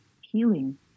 healing